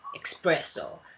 espresso